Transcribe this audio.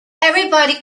everybody